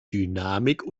dynamik